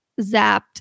zapped